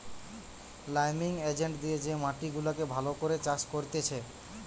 liming agent দিয়ে যে মাটি গুলাকে ভালো করে চাষ করতিছে